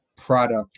product